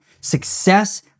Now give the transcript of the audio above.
Success